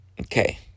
Okay